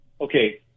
okay